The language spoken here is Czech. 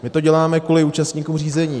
My to děláme kvůli účastníkům řízení.